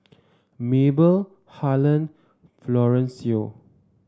Mabel Harland and Florencio